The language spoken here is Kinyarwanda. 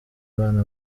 abana